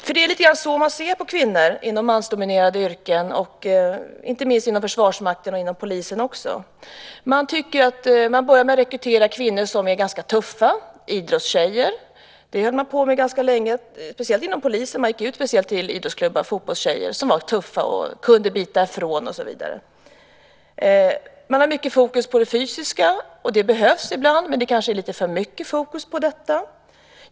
Men det är lite grann så man ser på kvinnor inom mansdominerade yrken, inte minst inom Försvarsmakten och också inom polisen. Man rekryterar kvinnor som är ganska tuffa, idrottstjejer. Det gjorde man ganska länge, speciellt inom polisen. Där gick man speciellt ut till idrottsklubbar och till fotbollstjejer som var tuffa, kunde bita ifrån och så vidare. Man har mycket fokus på det fysiska, och det behövs ibland, men det kanske är lite för mycket fokus på detta.